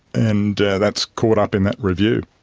and that's caught up in that review.